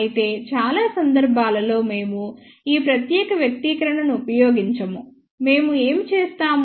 అయితే చాలా సందర్భాలలో మేము ఈ ప్రత్యేక వ్యక్తీకరణను ఉపయోగించము మేము ఏమి చేస్తాము